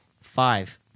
Five